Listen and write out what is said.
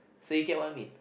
so you get what I mean